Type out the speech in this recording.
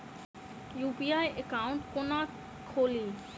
UPI account केना खोलि?